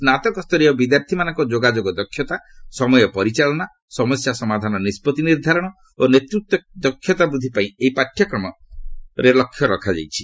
ସ୍ନାତକ ସ୍ତରୀୟ ବିଦ୍ୟାର୍ଥୀମାନଙ୍କ ଯୋଗାଯୋଗ ଦକ୍ଷତା ସମୟ ପରିଚାଳନା ସମସ୍ୟା ସମାଧାନ ନିଷ୍କଭି ନିର୍ଦ୍ଧାରଣ ଓ ନେତୃତ୍ୱ କ୍ଷମତା ବୃଦ୍ଧି ପାଇଁ ଏହି ପାଠ୍ୟକ୍ରମରେ ଲକ୍ଷ୍ୟ ରଖାଯାଇଛି